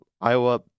Iowa